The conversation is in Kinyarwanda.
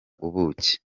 ubuki